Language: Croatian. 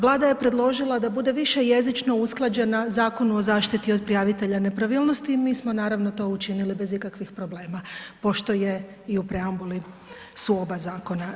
Vlada je predložila da bude više jezično usklađen na Zakonu o zaštiti od prijavitelja nepravilnost, mi smo naravno to učinili bez ikakvih problema, pošto su u preambuli oba zakona.